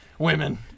Women